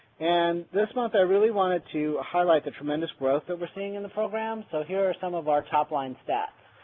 and this month i really wanted to highlight the tremendous growth that we're seeing in the program, so here are some of our top line stats.